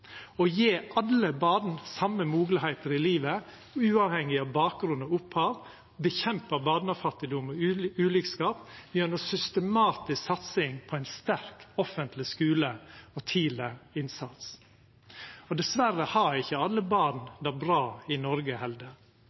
å gje alle barn same moglegheiter i livet uavhengig av bakgrunn og opphav og å kjempe mot barnefattigdom og ulikskap gjennom systematisk satsing på ein sterk offentleg skule og tidleg innsats. Og dessverre har ikkje alle barn det bra i Noreg.